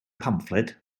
pamffled